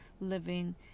living